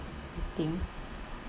I think